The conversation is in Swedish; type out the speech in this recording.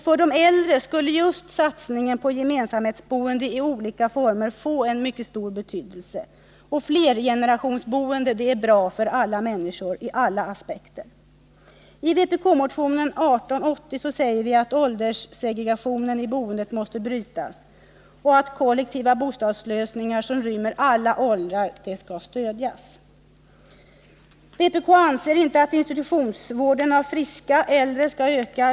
För de äldre skulle just satsningen på gemensamhetsboende i olika former få stor betydelse. Flergenerationsboende är i alla aspekter bra för alla människor. I vpk-motionen 1881 säger vi att ålderssegregeringen i boendet måste brytas och att kollektiva bostadslösningar som rymmer alla åldrar bör stödjas. Vpk anser inte att institutionsvården av friska äldre skall öka.